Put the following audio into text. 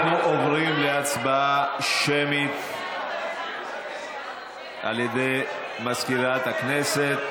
אנחנו עוברים להצבעה שמית על ידי מזכירת הכנסת.